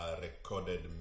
recorded